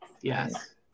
Yes